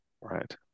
Right